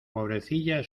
pobrecilla